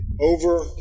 over